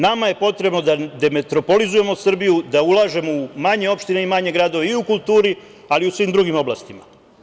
Nama je potrebno da demetropolizujemo Srbiju, da ulažemo u manje opštine i manje gradove i u kulturi, ali i u svim drugim oblastima.